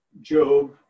Job